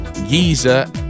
Giza